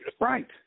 Right